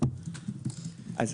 אופוזיציה יש לה.